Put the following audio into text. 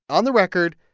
on the record,